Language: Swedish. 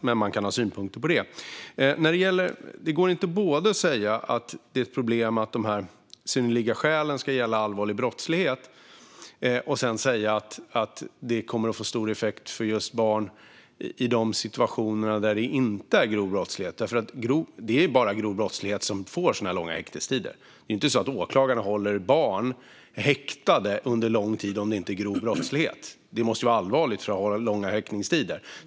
Men man kan ha synpunkter på det. Det går inte att säga både att det är ett problem att dessa synnerliga skäl ska gälla allvarlig brottslighet och att det kommer att få stor effekt för just barn i de situationer där det är inte är fråga om grov brottslighet. Det är bara vid grov brottslighet som det är så långa häktestider. Det är inte så att åklagarna håller barn häktade under lång tid om det inte är fråga om grov brottslighet. Det måste vara allvarligt för att ha långa häktningstider.